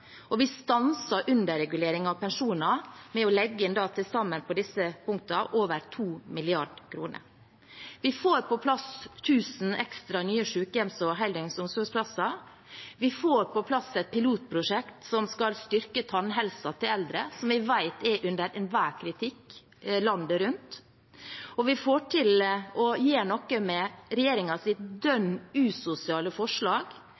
og vi stanset underreguleringen av pensjoner ved å legge inn til sammen på disse punktene over 2 mrd. kr. Vi får på plass tusen ekstra nye sykehjems- og heldøgns omsorgsplasser, vi får på plass et pilotprosjekt som skal styrke tannhelsen til eldre, som jeg vet er under enhver kritikk landet rundt, og vi får til å gjøre noe med regjeringens dønn usosiale forslag